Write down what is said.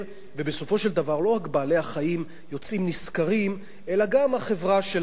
ובסופו של דבר לא רק בעלי-החיים יוצאים נשכרים אלא גם החברה שלנו.